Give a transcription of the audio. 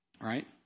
Right